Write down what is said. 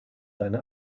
deine